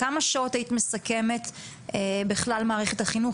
בכמה שעות היית מסכמת בכלל מערכת החינוך,